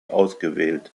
ausgewählt